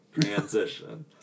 transition